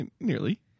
Nearly